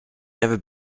never